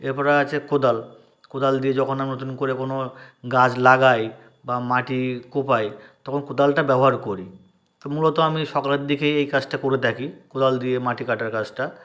এরপরে আছে কোদাল কোদাল দিয়ে যখন আমি নতুন করে কোনো গাছ লাগাই বা মাটি কোপাই তখন কোদালটা ব্যবহার করি তো মূলত আমি সকালের দিকেই এই কাজটা করে থাকি কোদাল দিয়ে মাটি কাটার কাজটা